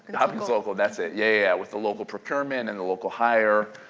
hopkinslocal, that's it. yeah. with the local procurement and the local hire.